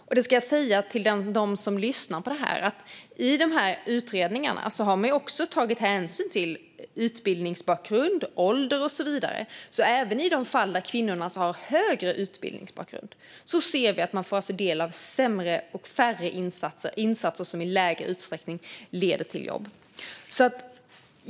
Jag ska säga till dem som lyssnar på debatten att man i dessa utredningar också har tagit hänsyn till utbildningsbakgrund, ålder och så vidare. Även i de fall där kvinnorna har högre utbildning ser vi att de får del av sämre och färre insatser och insatser som i mindre uträckning leder till jobb.